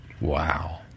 Wow